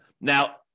Now